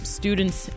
students